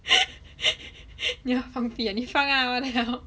你要放屁 ah 你放 lah what the hell